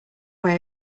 way